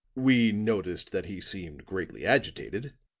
we noticed that he seemed greatly agitated,